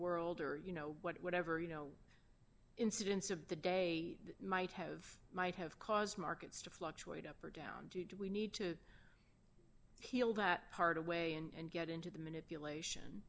world or you know whatever you know incidents of the day might have might have caused markets to fluctuate up or down did we need to heal that part away and get into the manipulation